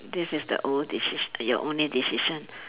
this is the ol~ deci~ your only decision